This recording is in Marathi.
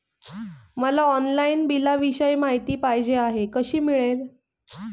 मला ऑनलाईन बिलाविषयी माहिती पाहिजे आहे, कशी मिळेल?